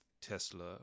Tesla